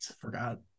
forgot